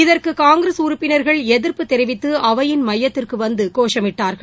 இதற்குகாங்கிரஸ் உறுப்பினா்கள் எதிா்ப்புதெரிவித்துஅவையின் மையத்திற்குவந்துகோஷமிட்டாா்கள்